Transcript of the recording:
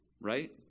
right